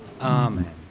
Amen